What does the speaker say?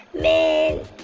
Man